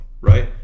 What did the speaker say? right